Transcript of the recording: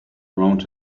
around